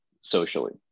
socially